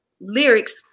lyrics